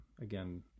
Again